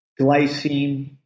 glycine